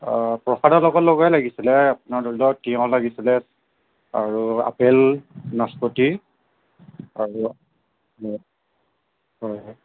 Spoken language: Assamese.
প্ৰসাদৰ লগত লগাই লাগিছিলে আপোনাৰ ধৰি লওক তিয়হ লাগিছিলে আৰু আপেল নাচপতি আৰু হয় হয়